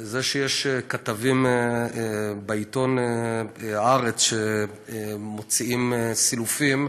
זה שיש כתבים בעיתון "הארץ" שמוציאים סילופים,